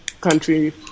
country